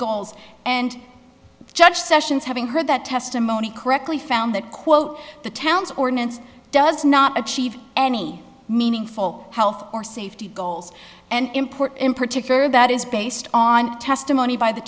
goals and judge sessions having heard that testimony correctly found that quote the town's ordinance does not achieve any meaningful health or safety goals and import in particular that is based on testimony by the